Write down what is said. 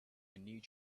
need